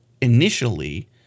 initially